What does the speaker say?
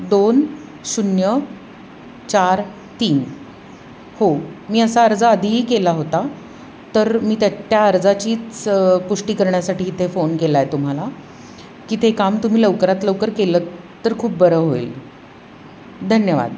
दोन शून्य चार तीन हो मी असा अर्ज आधीही केला होता तर मी त्या त्या अर्जाचीच पुष्टी करण्यासाठी इथे फोन केला आहे तुम्हाला की ते काम तुम्ही लवकरात लवकर केलंत तर खूप बरं होईल धन्यवाद